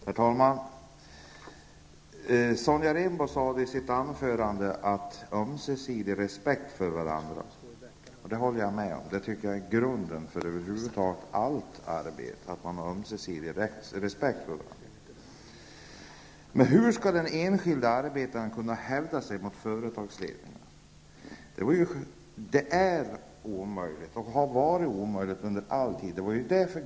Herr talman! Sonja Rembo sade i sitt anförande att man skall visa ömsesidig respekt. Det håller jag med om. Jag tycker att grunden för allt arbete över huvud taget är att man har respekt för varandra. Men hur skall den enskilde arbetaren kunna hävda sig mot företagsledningen? Det är omöjligt -- och har under all tid varit omöjligt.